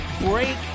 break